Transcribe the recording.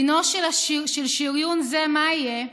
דינו של שריון זה מה יהיה?